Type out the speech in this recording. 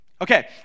Okay